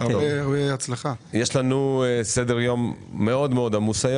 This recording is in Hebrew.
יש לנו סדר-יום מאוד עמוס.